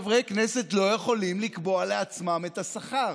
חברי הכנסת לא יכולים לקבוע לעצמם את השכר.